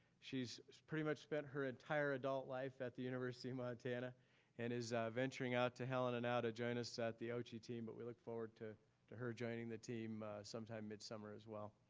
she's pretty much spent her entire adult life at the university of montana and is venturing out to helena now to join us at the oche team but we look forward to to her joining the team sometime midsummer as well.